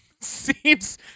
seems